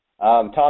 Tom